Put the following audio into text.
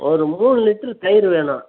ஒரு மூணு லிட்ரு தயிர் வேணும்